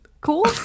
Cool